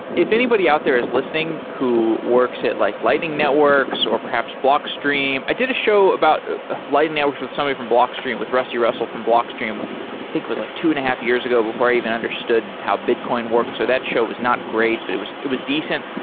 if anybody out there is listening who works at like lightning networks, or perhaps blockstream, i did a show about lighting networks with somebody from blockstream, with rusty russell from blockstream, i think it was like two and a half years ago before i even understood how bitcoin worked. so that show was not great, but it was it was decent.